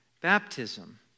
Baptism